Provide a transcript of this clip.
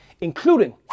including